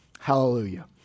Hallelujah